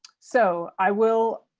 so, i will.